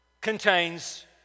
contains